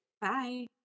bye